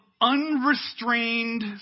unrestrained